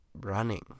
running